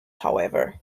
however